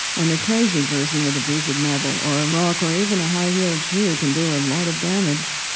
and a crazy person with a piece of metal, or a rock, or even a high-heeled shoe, can do a lot of damage.